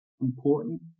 important